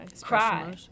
cry